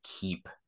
keep